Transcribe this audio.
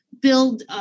build